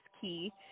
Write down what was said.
key